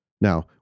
Now